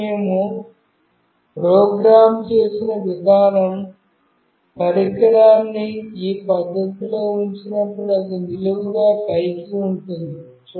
ఇప్పుడు మేము ప్రోగ్రామ్ చేసిన విధానం పరికరాన్ని ఈ పద్ధతిలో ఉంచినప్పుడు అది నిలువుగా పైకి ఉంటుంది